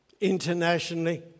internationally